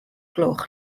gloch